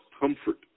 comfort